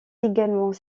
également